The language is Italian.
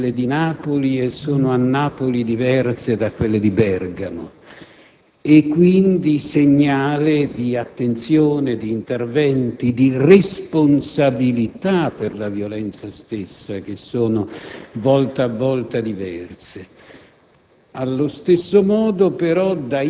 che sono a Catania diverse da quelle di Napoli e sono a Napoli diverse da quelle di Bergamo e quindi un segnale di attenzione, di interventi, di responsabilità per la violenza stessa che sono volta a volta diverse.